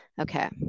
Okay